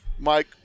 Mike